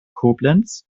koblenz